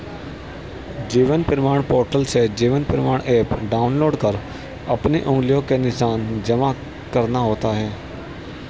जीवन प्रमाण पोर्टल से Jeevan Pramaan app download कर अपनी उंगलियों के निशान जमा करना होता है